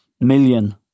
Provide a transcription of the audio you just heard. million